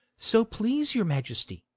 so please your majesty,